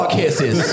kisses